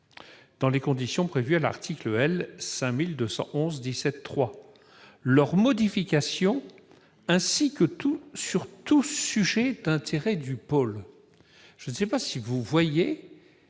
dans les conditions prévues à l'article L. 5211-17-3, et leur modification ainsi que sur tout sujet d'intérêt du pôle. » Je ne sais pas si vous percevez